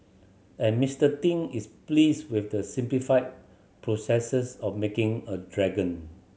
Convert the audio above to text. and Mister Ting is pleased with the simplified processes of making a dragon